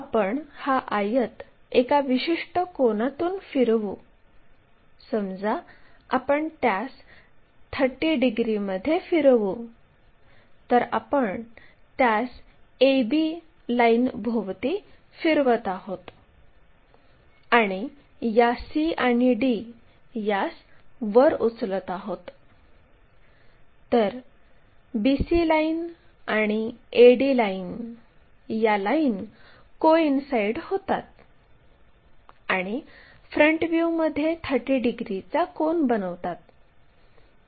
आपल्याला माहित आहे की PQ ची लांबी 60 मिमी आहे आणि हे एचपी आणि व्हीपीला समांतर आहे आणि एचपी आणि व्हीपीपासून 15 मिमी अंतरावर आहे जर असे असेल तर आपण या दरम्यानचा कोन निर्धारित करू शकतो